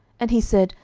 and he said,